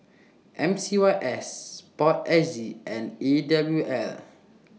M C Y S Sport S G and E W L